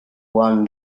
won